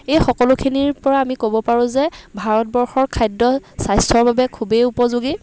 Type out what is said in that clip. এই সকলোখিনিৰ পৰা আমি ক'ব পাৰোঁ যে ভাৰতবৰ্ষৰ খাদ্য স্বাস্থ্যৰ বাবে খুবেই উপযোগী